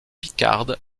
picarde